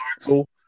title